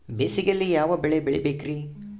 ಬೇಸಿಗೆಯಲ್ಲಿ ಯಾವ ಬೆಳೆ ಬೆಳಿಬೇಕ್ರಿ?